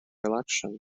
election